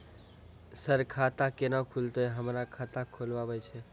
Sir खाता केना खुलतै, हमरा खाता खोलवाना छै?